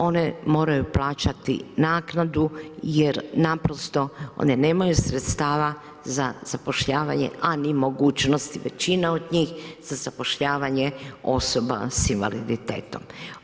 One moraju plaćati naknadu, jer naprosto, oni nemaju sredstava za zapošljavanje, a ni mogućnost većina od njih za zapošljavanje osoba s invaliditetom.